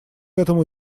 этому